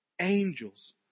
Angels